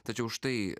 tačiau štai